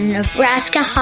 Nebraska